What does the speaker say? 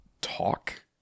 talk